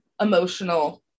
emotional